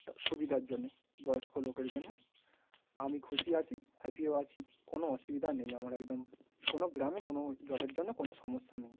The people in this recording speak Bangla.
তা সুবিধার জন্যে বয়স্ক লোকের জন্যে আমি খুশি আছি হ্যাপিও আছি কোনও অসুবিধা নেই আমার একদম কোনও গ্রামে কোনও জলের জন্যে কোনও সমস্যা নেই